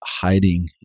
hiding